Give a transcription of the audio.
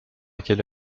quelle